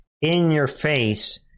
in-your-face